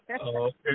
Okay